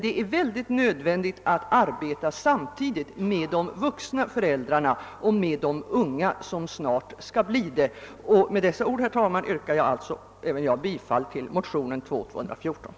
Det är emellertid nödvändigt att inrikta sig både på de vuxna föräldrarna och på de unga som snart skall bli föräldrar. Herr talman! Med dessa ord yrkar jag på nytt bifall till motionerna.